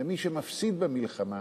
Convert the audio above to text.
ומי שמפסיד במלחמה